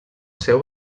seu